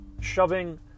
shoving